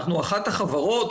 אנחנו אחת החברות,